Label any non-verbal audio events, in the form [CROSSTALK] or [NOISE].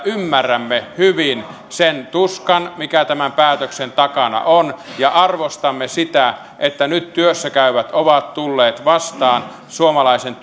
ymmärrämme hyvin sen tuskan mikä tämän päätöksen takana on ja arvostamme sitä että nyt työssä käyvät ovat tulleet vastaan suomalaisen [UNINTELLIGIBLE]